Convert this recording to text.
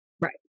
Right